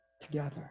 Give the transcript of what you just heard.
together